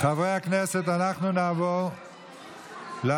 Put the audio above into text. חברי הכנסת, אנחנו נעבור להצבעה